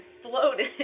exploded